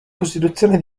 costituzione